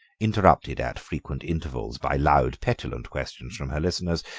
interrupted at frequent intervals by loud, petulant questionings from her listeners,